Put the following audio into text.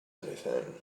anything